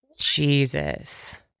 Jesus